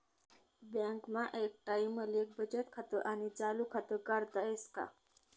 बँकमा एक टाईमले बचत खातं आणि चालू खातं काढता येस का?